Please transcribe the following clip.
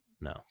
no